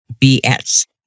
BS